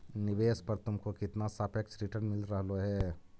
निवेश पर तुमको कितना सापेक्ष रिटर्न मिल रहलो हे